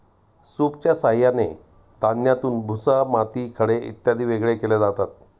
सूपच्या साहाय्याने धान्यातून भुसा, माती, खडे इत्यादी वेगळे केले जातात